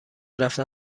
رفتن